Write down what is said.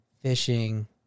Fishing